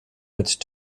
mit